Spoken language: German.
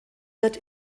wird